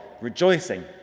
rejoicing